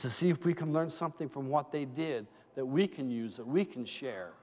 to see if we can learn something from what they did that we can use that we can share